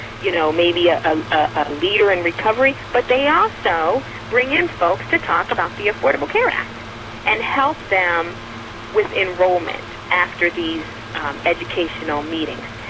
you know, maybe a leader in recovery, but they also in folks to talk about the affordable care act and help them with enrollment after these educational meetings,